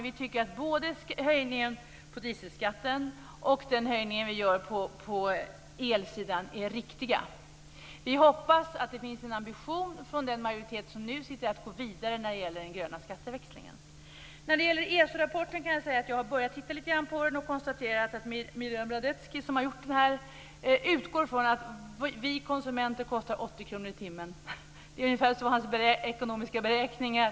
Vi tycker att höjningen på dieselskatten och höjningen på elsidan är riktiga. Vi hoppas att det finns en ambition hos nuvarande majoritet att gå vidare i fråga om den gröna skatteväxlingen. Jag har börjat titta lite på ESO-rapporten. Jag konstaterar att Marian Radetzky, som har skrivit rapporten, utgår från att vi konsumenter kostar 80 kr i timmen. Det är hans ekonomiska beräkningar.